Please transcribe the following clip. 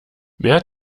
mehr